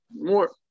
more